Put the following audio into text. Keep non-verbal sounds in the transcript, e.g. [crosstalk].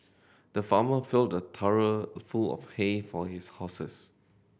the farmer filled a [unintelligible] full of hay for his horses